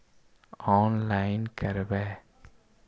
Online करवे?